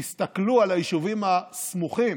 תסתכלו על היישובים הסמוכים,